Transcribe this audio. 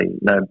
no